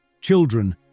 Children